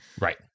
Right